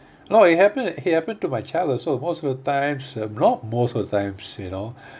no it happened it happened to my child also most of the times not most of the times you know